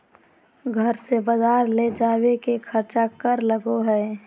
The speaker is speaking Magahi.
घर से बजार ले जावे के खर्चा कर लगो है?